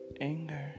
Anger